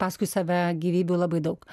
paskui save gyvybių labai daug